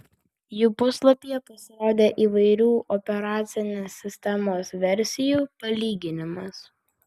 jų puslapyje pasirodė įvairių operacinės sistemos versijų palyginimas